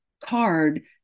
card